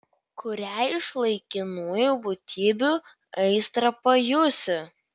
kuriai iš laikinųjų būtybių aistrą pajusi